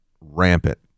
rampant